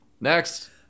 Next